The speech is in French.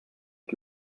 que